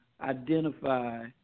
identify